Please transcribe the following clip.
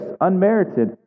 unmerited